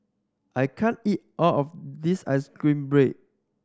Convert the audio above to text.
I can't eat all of this ice cream bread